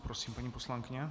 Prosím, paní poslankyně.